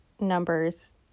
numbers